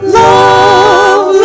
love